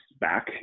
back